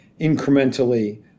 incrementally